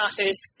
authors